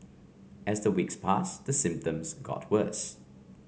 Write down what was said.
as the weeks passed the symptoms got worse